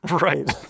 right